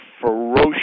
ferocious